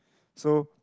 so